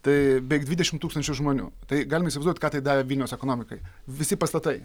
tai beveik dvidešim tūkstančių žmonių tai galim įsivaizduot ką tai davė vilniaus ekonomikai visi pastatai